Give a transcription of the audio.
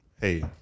Hey